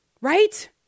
right